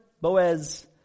Boaz